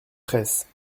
fraysse